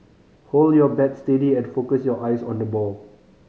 hold your bat steady and focus your eyes on the ball